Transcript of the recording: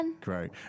Great